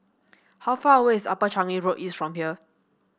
how far away is Upper Changi Road East from here